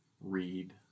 read